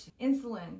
insulin